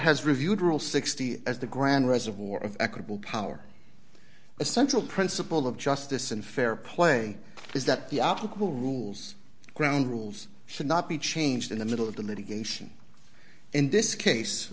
has reviewed rule sixty as the grand reservoir of equitable power a central principle of justice and fair play is that the optical rules ground rules should not be changed in the middle of the litigation in this case